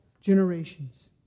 generations